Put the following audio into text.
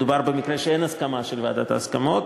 מדובר במקרה שאין הסכמה של ועדת ההסכמות.